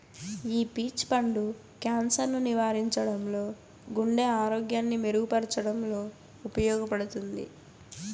ఈ పీచ్ పండు క్యాన్సర్ ను నివారించడంలో, గుండె ఆరోగ్యాన్ని మెరుగు పరచడంలో ఉపయోగపడుతుంది